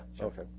okay